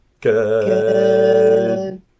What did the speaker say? Good